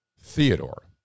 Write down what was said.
Theodore